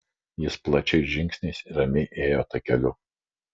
jis plačiais žingsniais ramiai ėjo takeliu